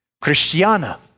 Christiana